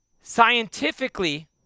scientifically